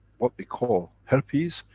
what we call herpes,